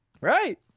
Right